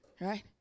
right